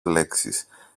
λέξεις